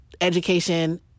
education